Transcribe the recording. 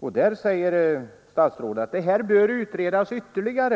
skriver att frågan om utflyttning bör utredas ytterligare.